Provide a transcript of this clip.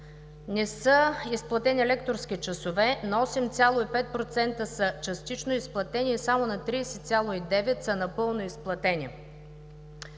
не са изплатени лекторски часове, на 8,5% са частично изплатени и само на 30,9% са напълно изплатени.